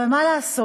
אבל מה לעשות,